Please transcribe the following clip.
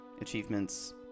achievements